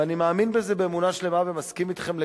ואני מאמין בזה באמונה שלמה ומסכים אתכם לגמרי,